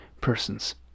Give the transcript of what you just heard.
persons